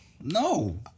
No